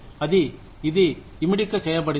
కాబట్టి అది ఇది ఇమిడిక చేయబడింది